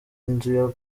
nzu